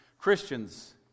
Christians